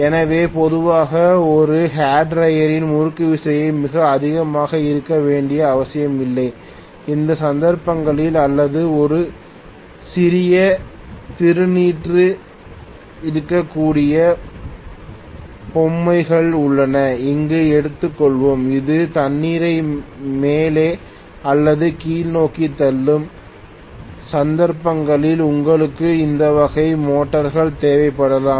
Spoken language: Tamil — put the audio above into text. எனவே பொதுவாக ஒரு ஹேர் ட்ரையரில் முறுக்குவிசை மிக அதிகமாக இருக்க வேண்டிய அவசியமில்லை அந்த சந்தர்ப்பங்களில் அல்லது ஒரு சிறிய நீரூற்று இருக்கக்கூடிய பொம்மைகள் உள்ளன என்று எடுத்துக்கொள்வோம் இது தண்ணீரை மேலே அல்லது கீழ்நோக்கி தள்ளும் சந்தர்ப்பங்களில் உங்களுக்கு இந்த வகை மோட்டார்கள் தேவைப்படலாம்